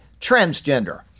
transgender